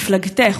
ממפלגתך,